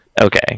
okay